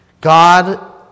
God